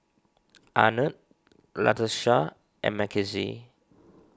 Arnett Latasha and Mckenzie